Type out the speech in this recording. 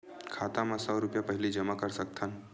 खाता मा सौ रुपिया पहिली जमा कर सकथन?